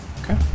Okay